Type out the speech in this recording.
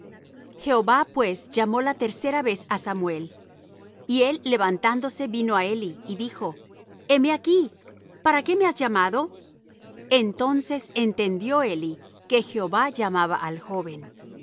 jehová pues llamó la tercera vez á samuel y él levantándose vino á eli y dijo heme aquí para qué me has llamado entonces entendió eli que jehová llamaba al joven y